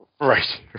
right